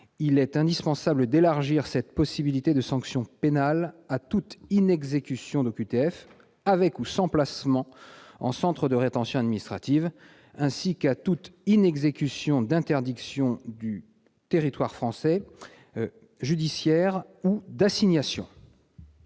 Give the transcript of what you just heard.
il est indispensable d'élargir cette possibilité de sanction pénale à toute inexécution d'OQTF, avec ou sans placement en centre de rétention administrative, ainsi qu'à toute inexécution d'interdiction du territoire français judiciaire ou d'assignation.